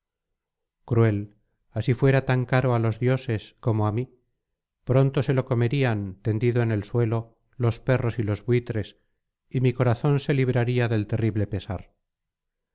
cruel así fuera tan caro á los dioses como á mí pronto se lo comerían tendido en el suelo los perros y los buitres y mi corazón se libraría del terrible pesar